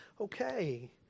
Okay